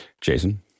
Jason